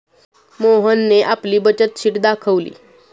मोहनने आपली बचत शीट दाखवली